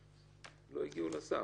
לא הגיעו לסף.